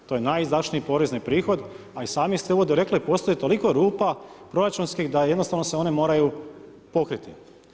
To je najizdašniji porezni prihoda, a i sami ste u uvodu rekli, postoji toliko rupa, proračunskih, da jednostavno se one moraju pokriti.